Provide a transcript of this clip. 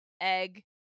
egg